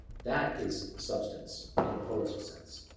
that is substance in the fullest sense.